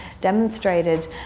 demonstrated